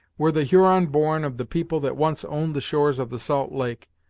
were the huron born of the people that once owned the shores of the salt lake,